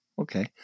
Okay